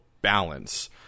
balance